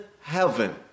heaven